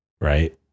right